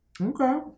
Okay